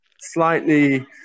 slightly